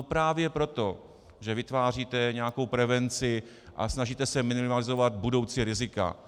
Právě proto, že vytváříte nějakou prevenci a snažíte se minimalizovat budoucí rizika.